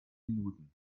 minuten